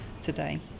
today